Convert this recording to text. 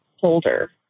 holder